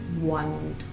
one